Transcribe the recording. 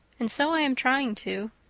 and so i am trying to.